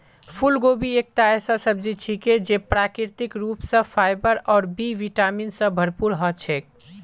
फूलगोभी एकता ऐसा सब्जी छिके जे प्राकृतिक रूप स फाइबर और बी विटामिन स भरपूर ह छेक